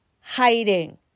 hiding